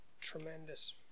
tremendous